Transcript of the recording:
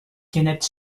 kenneth